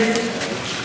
הצעת האי-אמון הבאה,